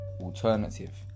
alternative